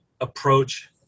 approach